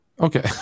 Okay